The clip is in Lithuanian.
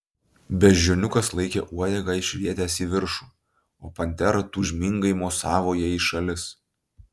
beždžioniukas laikė uodegą išrietęs į viršų o pantera tūžmingai mosavo ja į šalis